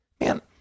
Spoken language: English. Man